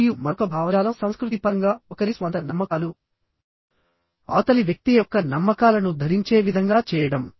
మరియు మరొక భావజాలం సంస్కృతి పరంగా ఒకరి స్వంత నమ్మకాలు అవతలి వ్యక్తి యొక్క నమ్మకాలను ధరించే విధంగా చేయడం